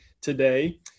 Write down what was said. today